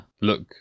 Look